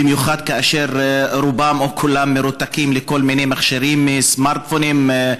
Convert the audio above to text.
במיוחד כאשר רובם או כולם מרותקים לכל מיני מכשירים: סמארטפונים,